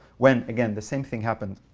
when again the same thing happened.